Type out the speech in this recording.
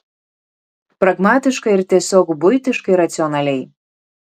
pragmatiškai ir tiesiog buitiškai racionaliai